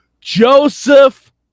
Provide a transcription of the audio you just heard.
Joseph